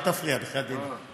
אל תפריע לי.